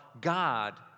God